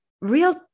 real